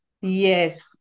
Yes